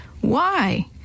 Why